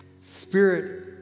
Spirit